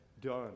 done